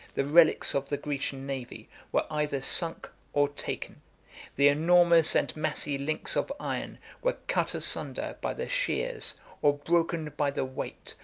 the relics of the grecian navy, were either sunk or taken the enormous and massy links of iron were cut asunder by the shears, or broken by the weight,